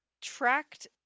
tracked